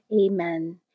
Amen